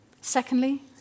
Secondly